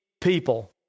people